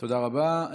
תודה רבה.